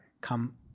come